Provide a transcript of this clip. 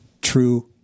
true